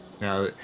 Now